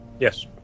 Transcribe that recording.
Yes